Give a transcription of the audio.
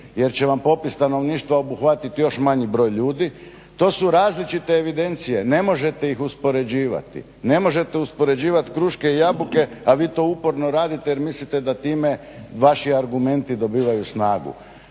jer će vam popis stanovništva obuhvatit još manji broj ljudi. To su različite evidencije. Ne možete ih uspoređivati. Ne možete uspoređivati kruške i jabuke, a vi to uporno radite jer mislite da time vaši argumenti dobivaju snagu.